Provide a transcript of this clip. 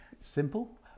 Simple